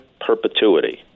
perpetuity